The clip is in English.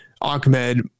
Ahmed